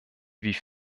wie